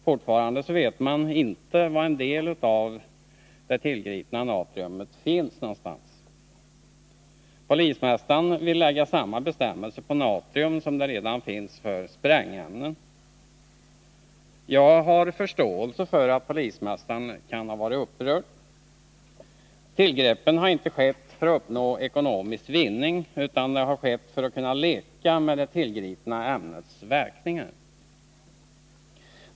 Fortfarande vet man inte var en del av det tillgripna natriumet finns. Polismästaren vill införa samma bestämmelser för natrium som redan finns för sprängämnen. Jag har förståelse för att polismästaren kan ha varit upprörd. Tillgreppen har inte skett för att man vill uppnå ekonomisk vinning utan avsikten har varit att leka med det tillgripna ämnets verkningar.